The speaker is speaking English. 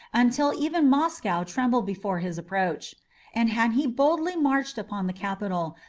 until even moscow trembled before his approach and had he boldly marched upon the capital,